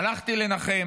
הלכתי לנחם